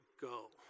go